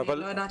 אני לא יודעת,